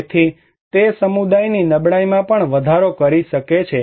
તેથી તે તે સમુદાયની નબળાઈમાં પણ વધારો કરી શકે છે